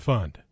Fund